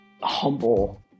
humble